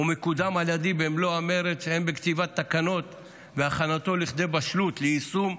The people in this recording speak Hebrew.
ומקודם על ידי במלוא המרץ הן בכתיבת התקנות והכנתו לכדי בשלות ליישום.